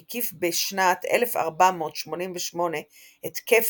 הקיף בשנת 1488 את כף